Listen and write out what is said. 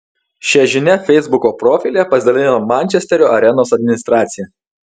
šia žinia feisbuko profilyje pasidalijo mančesterio arenos administracija